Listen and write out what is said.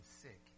sick